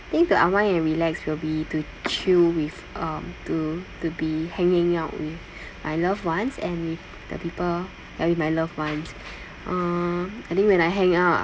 think to unwind and relax will be to chill with uh to to be hanging out with my loved ones and with the people uh with my loved ones err I think when I hang out